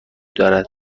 دارد